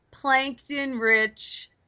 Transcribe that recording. plankton-rich